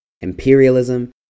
imperialism